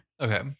Okay